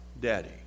Daddy